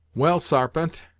well, sarpent,